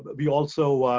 but we also